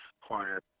corner